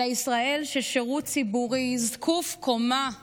אלא ישראל של שירות ציבורי זקוף קומה וישר,